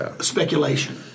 speculation